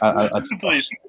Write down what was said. please